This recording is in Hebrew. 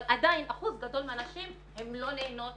אבל עדיין אחוז גדול של הנשים לא נהנות